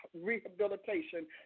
Rehabilitation